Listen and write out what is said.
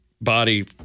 body